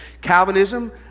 Calvinism